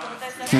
בבתי ספר,